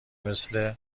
مثل